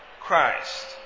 Christ